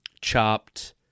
chopped